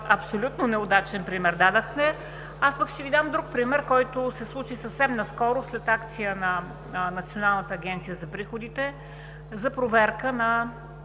абсолютно неудачен пример дадохте. Аз пък ще Ви дам друг пример, който се случи съвсем наскоро след акция на Националната агенция за приходите за проверка на